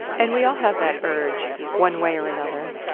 and we all have that urge one way or another,